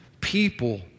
people